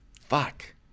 Fuck